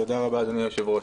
תודה רבה, אדוני היושב-ראש.